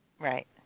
Right